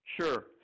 Sure